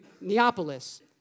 Neapolis